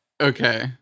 okay